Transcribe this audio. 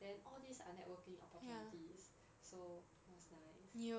then all these are networking opportunities so sounds nice